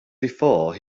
before